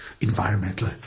environmental